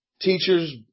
Teachers